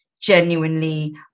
genuinely